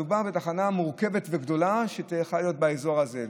מדובר בתחנה מורכבת וגדולה שצריכה להיות באזור הזה,